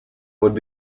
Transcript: would